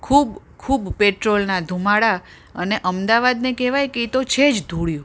ખૂબ ખૂબ પેટ્રોલના ધૂમાડા અને અમદાવાદને કહેવાય કે એતો છે જ ધૂળિયું